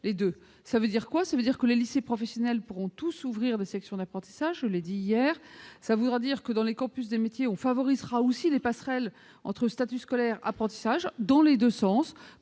Qu'est-ce que cela signifie ? Que les lycées professionnels pourront tous ouvrir des sections d'apprentissage, je l'ai dit hier, et que, dans les campus des métiers, on favorisera aussi les passerelles entre statut scolaire et apprentissage, dans les deux sens-